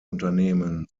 unternehmen